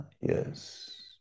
Yes